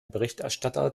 berichterstatter